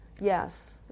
yes